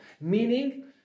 Meaning